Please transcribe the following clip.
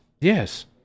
Yes